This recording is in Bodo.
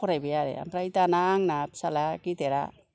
फरायबाय आरो आमफ्राय दाना आंना फिसाला गेदेरा